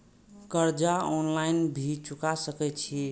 कर्जा ऑनलाइन भी चुका सके छी?